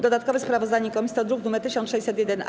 Dodatkowe sprawozdanie komisji to druk nr 1601-A.